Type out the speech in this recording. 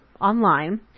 online